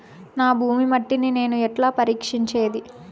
నా భూమి మట్టిని నేను ఎట్లా పరీక్షించేది?